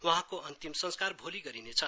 वहाँको अन्तिम संस्कार भोलि गरिनेछ